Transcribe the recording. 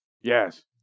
Yes